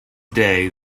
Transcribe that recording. day